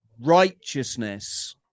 righteousness